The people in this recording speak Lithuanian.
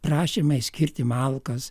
prašymai skirti malkas